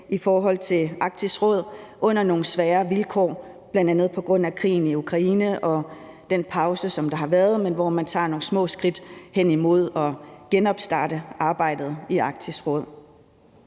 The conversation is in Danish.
i forhold til Arktisk Råd under nogle svære vilkår, bl.a. på grund af krigen i Ukraine og den pause, som der har været, hvor man tager nogle små skridt hen imod at genopstarte arbejdet i Arktisk Råd.